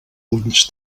ulls